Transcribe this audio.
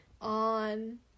on